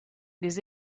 des